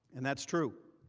and that is true.